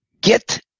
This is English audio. get